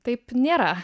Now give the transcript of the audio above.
taip nėra